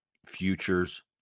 Futures